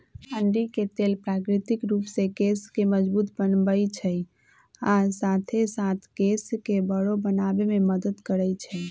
अंडी के तेल प्राकृतिक रूप से केश के मजबूत बनबई छई आ साथे साथ केश के बरो बनावे में मदद करई छई